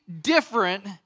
different